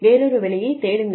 வேறொரு வேலையை தேடுங்கள்